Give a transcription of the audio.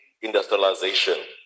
industrialization